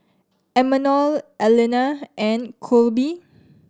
Imanol Aleena and Colby